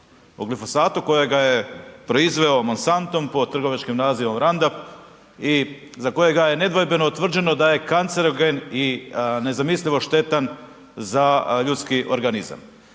o glifosatu kojega je proizveo Monsanto pod trgovačkim nazivom Randap i za kojega je nedvojbeno utvrđeno da je kancerogen i nezamislivo štetan za ljudski organizam.